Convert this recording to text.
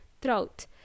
throat